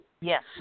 Yes